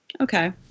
okay